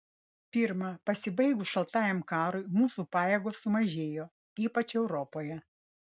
pirma pasibaigus šaltajam karui mūsų pajėgos sumažėjo ypač europoje